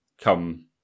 come